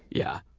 yeah.